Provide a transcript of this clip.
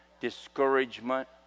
discouragement